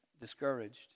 discouraged